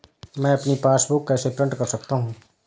मैं अपनी पासबुक कैसे प्रिंट कर सकता हूँ?